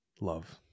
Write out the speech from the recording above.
love